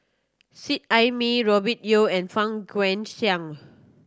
Seet Ai Mee Robert Yeo and Fang Guixiang